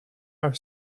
our